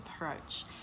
approach